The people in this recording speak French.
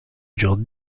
dure